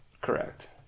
Correct